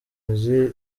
mizi